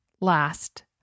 last